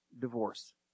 divorce